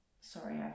sorry